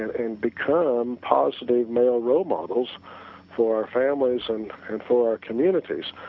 and and become positive male role models for families and for communities,